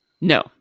No